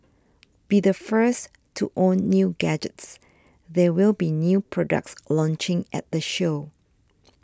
be the first to own new gadgets there will be new products launching at the show